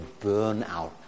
burnout